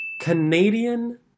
Canadian